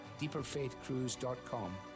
deeperfaithcruise.com